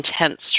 intense